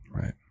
right